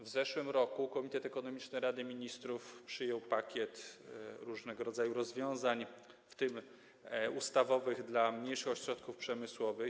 W zeszłym roku Komitet Ekonomiczny Rady Ministrów przyjął pakiet różnego rodzaju rozwiązań, w tym ustawowych, dla mniejszych ośrodków przemysłowych.